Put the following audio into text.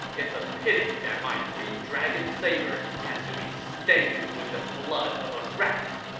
it's a pity that my green dragon saber has to be stained with the blood of a rat!